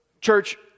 Church